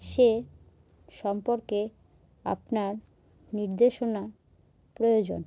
সে সম্পর্কে আপনার নির্দেশনা প্রয়োজন